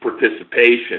participation